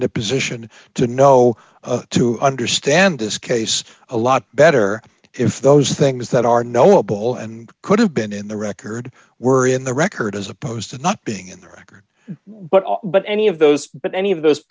in a position to know to understand this case a lot better if those things that are knowable and could have been in the record were in the record as opposed to not being in the record what but any of those but any of those